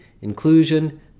inclusion